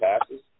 passes